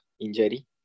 injury